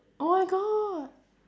oh my god